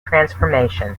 transformation